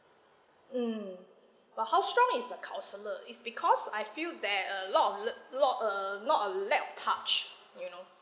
mm but how strong is the counsellor is because I feel that a lot of l~ a lot uh not a lack of touch you know